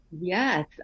Yes